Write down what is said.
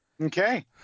Okay